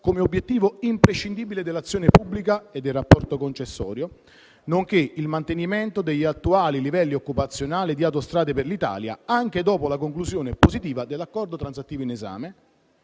come obiettivo imprescindibile dell'azione pubblica e del rapporto concessorio, nonché il mantenimento degli attuali livelli occupazionali di Autostrade per l'Italia anche dopo la conclusione positiva dell'accordo transattivo in esame.